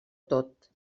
tot